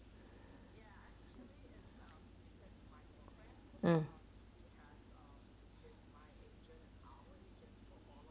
mm